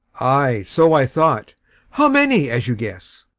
ay, so i thought how many, as you guess?